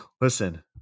listen